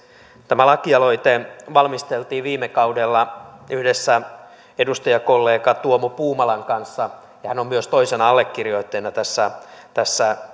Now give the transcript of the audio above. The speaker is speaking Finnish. tämä lakialoite valmisteltiin viime kaudella yhdessä edustajakollega tuomo puumalan kanssa ja hän on myös toisena allekirjoittajana tässä